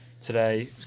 today